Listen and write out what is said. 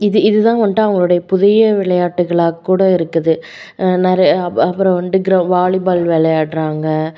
இது இது தான் வந்துட்டு அவங்களுடைய புதிய விளையாட்டுகளாக் கூட இருக்குது நிறையா அப் அப்புறம் வந்து க்ர வாலிபால் விளையாட்றாங்க